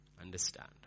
Understand